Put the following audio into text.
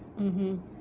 mmhmm